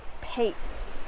paste